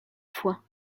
fois